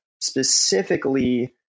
specifically